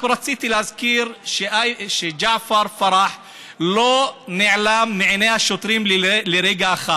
רק רציתי להזכיר שג'עפר פרח לא נעלם מעיני השוטרים לרגע אחד.